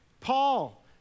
Paul